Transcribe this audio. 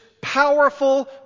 powerful